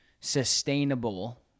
sustainable